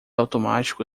automático